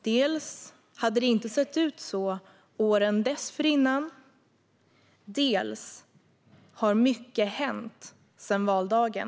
Dels hade det inte sett ut så åren dessförinnan, dels har mycket hänt sedan valdagen.